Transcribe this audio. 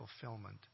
fulfillment